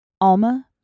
Alma